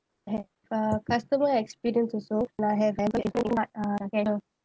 have uh customer experience also like have